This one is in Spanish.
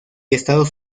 estados